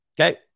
okay